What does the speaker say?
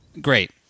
great